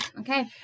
Okay